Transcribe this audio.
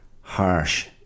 harsh